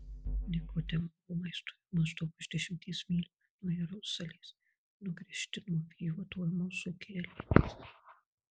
nikodemo rūmai stovėjo maždaug už dešimties mylių nuo jeruzalės nugręžti nuo vėjuoto emauso kelio